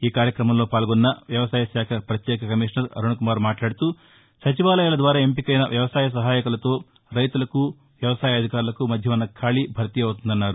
ఈ కార్య క్రమంలో పాల్గొన్న వ్యవసాయ శాఖ ప్రత్యేక కమిషనర్ అరుణ్కుమార్ మాట్లాడుతూ సచివాలయాల ద్వారా ఎంపికైన వ్యవసాయ సహాయకులతో రైతులకు వ్యవసాయాధికారులకు మధ్య ఉన్న ఖాళీ భర్తీ అవుతుందన్నారు